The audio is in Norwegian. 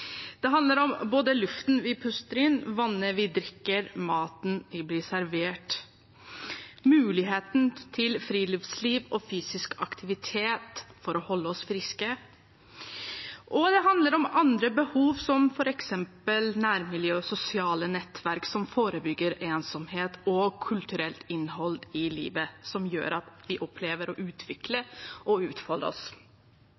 Det handler om både luften vi puster inn, vannet vi drikker, maten vi blir servert, og muligheten for friluftsliv og fysisk aktivitet for å holde seg frisk. Og det handler om andre behov, som f.eks. nærmiljø og sosialt nettverk, som forebygger ensomhet og gir kulturelt innhold i livet, og som gjør at vi opplever å